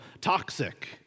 toxic